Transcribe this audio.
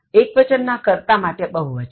એક્વચન ના કર્તા માટેબહુવચન